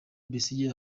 besigye